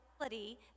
reality